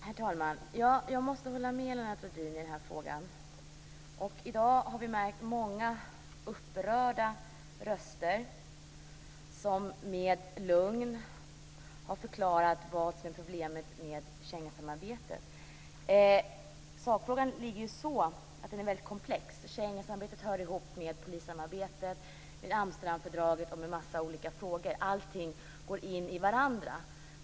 Herr talman! Jag måste hålla med Lennart Rohdin i den här frågan. I dag har vi hört många upprörda röster, som lugnt har förklarat vad som är problemet med Schengensamarbetet. Sakfrågan är väldigt komplex. Schengensamarbetet hör ihop med polissamarbetet, med Amsterdamfördraget och en massa olika frågor - allt går in i vartannat.